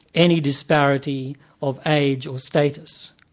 any disparity of age or status.